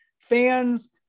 Fans